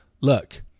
look